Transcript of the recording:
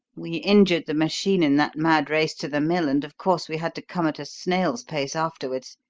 we injured the machine in that mad race to the mill, and of course we had to come at a snail's pace afterwards.